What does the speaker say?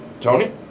Tony